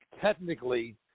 technically